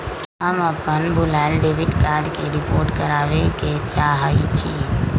हम अपन भूलायल डेबिट कार्ड के रिपोर्ट करावे के चाहई छी